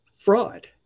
fraud